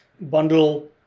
bundle